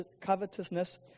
covetousness